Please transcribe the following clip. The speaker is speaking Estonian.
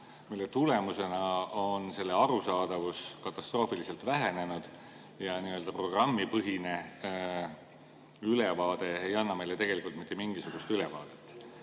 Selle tulemusena on selle arusaadavus katastroofiliselt vähenenud ja programmipõhine ülevaade ei anna meile tegelikult mitte mingisugust ülevaadet.